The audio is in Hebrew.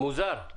מוזר.